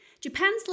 Japan's